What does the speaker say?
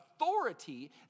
authority